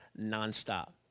nonstop